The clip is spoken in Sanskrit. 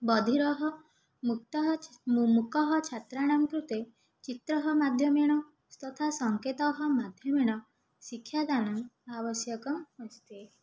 बधिरः मुक्तः मूखछात्राणां कृते चित्रमाध्यमेन तथा सङ्केतमाध्यमेण शिक्षादानम् आवश्यकम् अस्ति